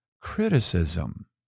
criticism